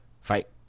fight